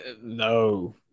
No